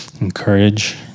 encourage